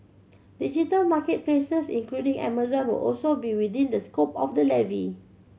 digital market places including Amazon would also be within the scope of the levy